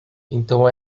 então